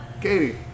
Katie